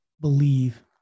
believe